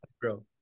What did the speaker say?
bro